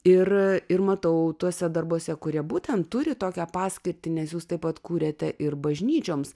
ir ir matau tuose darbuose kurie būtent turi tokią paskirtį nes jūs taip pat kuriate ir bažnyčioms